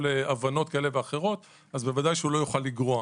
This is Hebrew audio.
להבנות כאלה ואחרות ודאי שלא יוכל לגרוע.